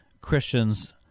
Christians